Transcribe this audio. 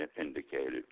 indicated